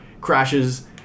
crashes